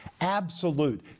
absolute